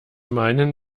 meinen